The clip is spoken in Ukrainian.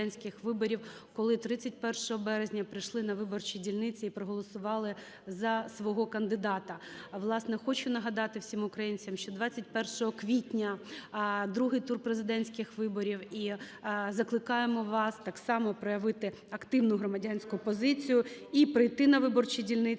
Власне, хочу нагадати всім українцям, що 21 квітня – другий тур президентських виборів, і закликаємо вас так само проявити активну громадянську позицію, і прийти на виборчі дільниці